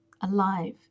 alive